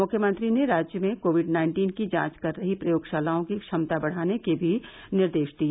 मुख्यमंत्री ने राज्य में कोविड नाइन्टीन की जांच कर रही प्रयोगशालाओं की क्षमता बढ़ाने के भी निर्देश दिए